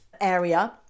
area